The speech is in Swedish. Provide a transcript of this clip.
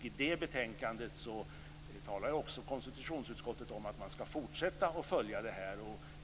I det betänkandet talar ju också konstitutionsutskottet om att man skall fortsätta att följa den här frågan.